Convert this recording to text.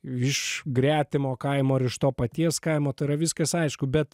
iš gretimo kaimo ar iš to paties kaimo tai yra viskas aišku bet